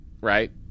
right